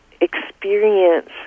experience